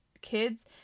kids